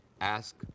ask